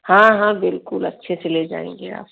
हाँ हाँ बिल्कुल अच्छे से ले जाएँगे आप